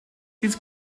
dies